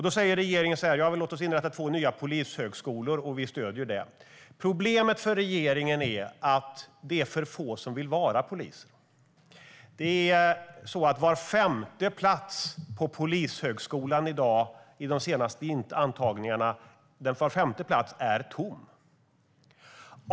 Då säger regeringen: Låt oss inrätta två nya polishögskolor! Vi stöder det, men problemet för regeringen är att det är för få som vill vara poliser. I de senaste antagningarna står var femte plats på polishögskolan tom.